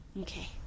Okay